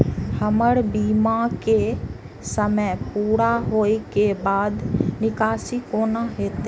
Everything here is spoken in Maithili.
हमर बीमा के समय पुरा होय के बाद निकासी कोना हेतै?